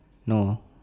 no